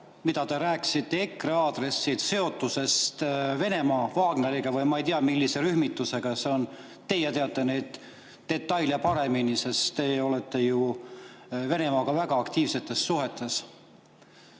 mida te rääkisite EKRE aadressil, tema seotusest Venemaa Wagneriga või ma ei tea, millise rühmitusega. Teie teate neid detaile paremini, sest te olete ju Venemaaga väga aktiivsetes suhetes.